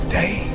day